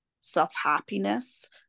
self-happiness